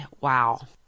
wow